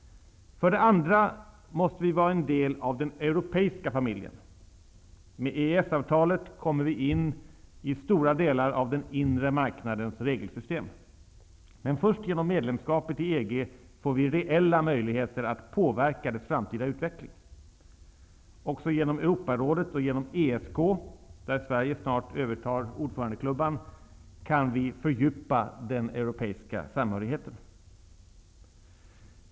För det andra måste vi vara en del av den europeiska familjen. Med EES-avtalet kommer vi in i stora delar av den inre marknadens regelsystem, men först genom medlemskapet i EG får vi reella möjligheter att påverka dess framtida utveckling. Också genom Europarådet och genom ESK, där Sverige snart övertar ordförandeklubban, kan vi fördjupa den europeiska samhörigheten.